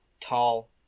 tall